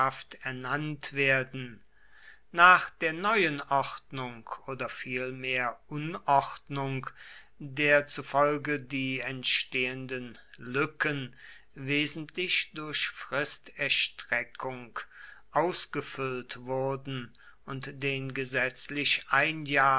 ernannt werden nach der neuen ordnung oder vielmehr unordnung derzufolge die entstehenden lücken wesentlich durch fristerstreckung ausgefüllt wurden und den gesetzlich ein jahr